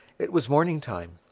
it was morning-time.